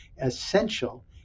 essential